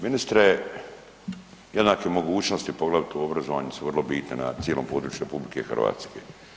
Ministre, jednake mogućnosti poglavito u obrazovanju su vrlo bitne na cijelom području RH.